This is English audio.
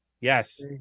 Yes